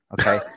okay